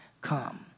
come